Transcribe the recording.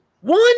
One